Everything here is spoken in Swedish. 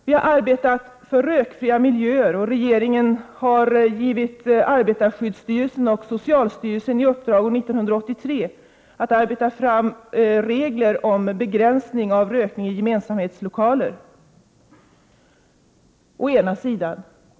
Vi har arbetat för rökfria miljöer, och regeringen gav 1983 arbetarskyddsstyrelsen och socialstyrelsen i uppdrag att arbeta fram regler om begränsning av rökning i gemensamhetslokaler, å ena sidan.